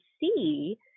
see